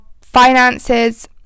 finances